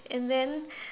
and then